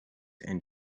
and